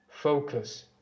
focus